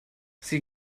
sie